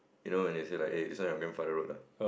you know when they say like eh this one your grandfather road ah